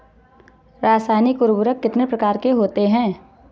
रासायनिक उर्वरक कितने प्रकार के होते हैं?